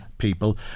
People